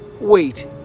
Wait